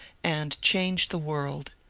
and change the world.